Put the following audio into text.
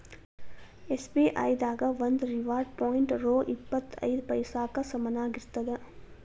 SBI ದಾಗ ಒಂದು reward point ರೊ ಇಪ್ಪತ್ ಐದ ಪೈಸಾಕ್ಕ ಸಮನಾಗಿರ್ತದ